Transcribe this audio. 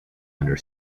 under